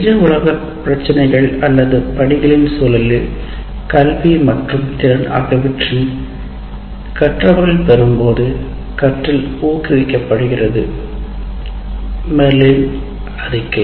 நிஜ உலக பிரச்சினைகள் அல்லது பணிகளின் சூழலில் கல்வி மற்றும் தீரன் ஆகியவற்றை கற்றவர்கள் பெறும்போது கற்றல் ஊக்குவிக்கப்படுகிறது மெர்ரிலின் அறிக்கை